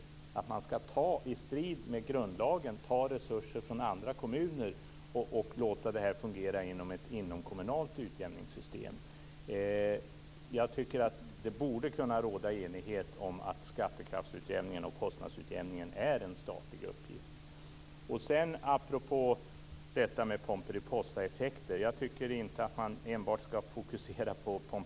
Varför skall man i strid med grundlagen ta resurser från en del av kommunerna i ett inomkommunalt utjämningssystem? Jag tycker att det borde kunna råda enighet om att skattekrafts och kostnadsutjämningen är en statlig uppgift. Vad gäller Pomperipossaeffekter tycker jag att man inte enbart skall fokusera på dessa.